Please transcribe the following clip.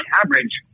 average